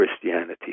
Christianity